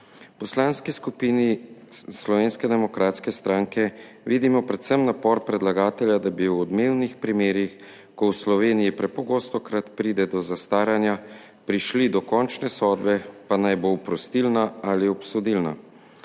Poslanski skupini Slovenske demokratske stranke vidimo predvsem napor predlagatelja, da bi v odmevnih primerih, ko v Sloveniji prepogosto pride do zastaranja, prišli do končne sodbe, pa naj bo oprostilna ali obsodilna.